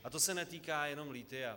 A to se netýká jenom lithia.